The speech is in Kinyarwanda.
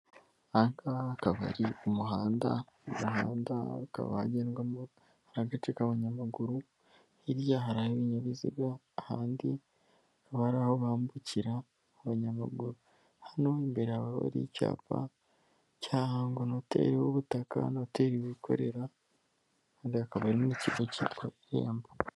Aka akabari umuhanda muhanda akabagendwamo n'agace k'abanyamaguru, hirya hari aho ibinyabiziga, ahandi aba ari aho bambukira abanyamaguru, hano imbere haba hari icyapa cya hango noteri w'ubutaka, noteri wikorera, ahandi hakaba ari mu kigo cyitwa irembo.